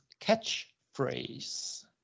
catchphrase